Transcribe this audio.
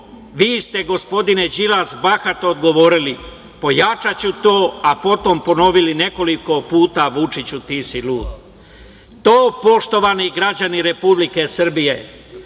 Vi ste gospodine Đilas bahato odgovorili – pojačaću to, a potom ponovili nekoliko puta - Vučiću ti si lud. To, poštovani građani Republike Srbije,